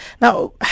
Now